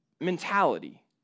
mentality